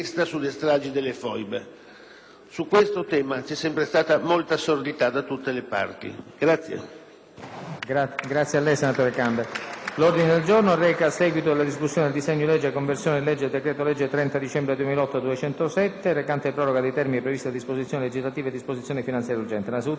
Su questo tema c'è sempre stata molta sordità da tutte le parti.